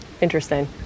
Interesting